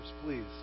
please